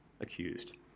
accused